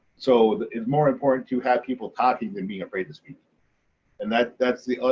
so it's more important to have people talking than being afraid to speak and that's that's the,